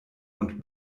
und